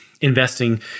investing